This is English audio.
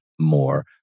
more